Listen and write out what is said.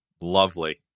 lovely